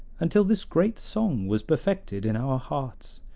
until this great song was perfected in our hearts,